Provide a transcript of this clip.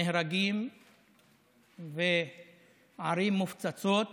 נהרגים וערים מופצצות